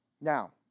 Now